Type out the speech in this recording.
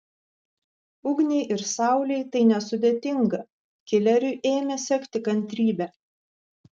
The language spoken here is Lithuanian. ugniai ir saulei tai nesudėtinga kileriui ėmė sekti kantrybė